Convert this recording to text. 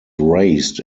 raised